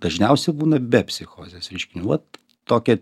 dažniausia būna be psichozės reiškinių vad tokia